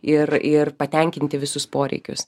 ir ir patenkinti visus poreikius